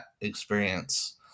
experience